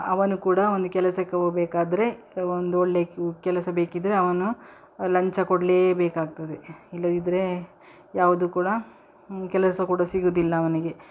ಅವನು ಕೂಡ ಒಂದು ಕೆಲಸಕ್ಕೆ ಹೋಗ್ಬೇಕಾದ್ರೆ ಒಂದೊಳ್ಳೆಯ ಕೆಲಸ ಬೇಕಿದ್ದರೆ ಅವನು ಲಂಚ ಕೊಡಲೇ ಬೇಕಾಗ್ತದೆ ಇಲ್ಲದಿದ್ದರೆ ಯಾವುದೂ ಕೂಡ ಕೆಲಸ ಕೂಡ ಸಿಗುವುದಿಲ್ಲ ಅವನಿಗೆ